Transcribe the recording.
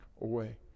away